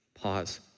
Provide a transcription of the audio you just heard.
pause